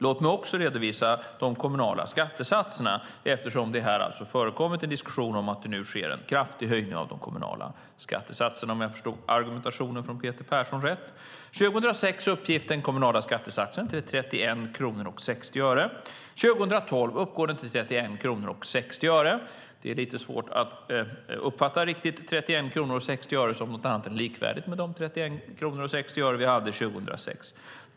Låt mig också redovisa de kommunala skattesatserna eftersom det här har förekommit en diskussion om att det nu sker en kraftig höjning av de kommunala skattesatserna, om jag förstod argumentationen från Peter Persson rätt. År 2006 uppgick den kommunala skattesatsen till 31:60 kronor. År 2012 uppgår den till 31:60 kronor. Det är lite svårt att uppfatta 31:60 kronor som något annat än likvärdigt med de 31:60 kronor som vi hade 2006.